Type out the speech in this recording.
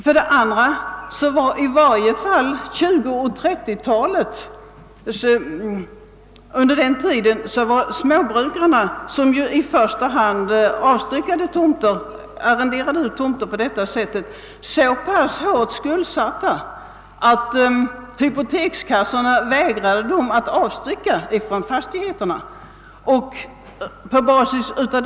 För det andra var småbrukarna på 1920 och 1930-talen — och det var företrädesvis dessa som arrenderade ut tomter på detta sätt — så pass hårt skuldsatta, att hypotekskassorna vägrade dem att avstycka mark för detta ändamål från sina fastigheter.